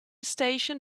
station